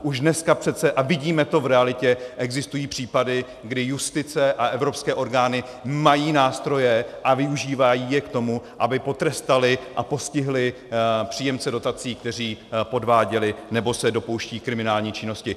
Už dneska přece, a vidíme to v realitě, existují případy, kdy justice a evropské orgány mají nástroje a využívají je k tomu, aby potrestaly a postihly příjemce dotací, kteří podváděli nebo se dopouštějí kriminální činnosti.